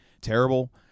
terrible